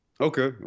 Okay